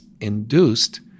induced